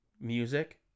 music